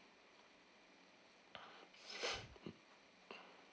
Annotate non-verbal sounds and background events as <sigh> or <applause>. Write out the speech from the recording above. <breath>